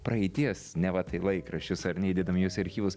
praeities neva tai laikraščius ar ne įdėdami juos į archyvus